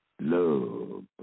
love